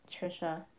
Trisha